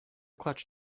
clutch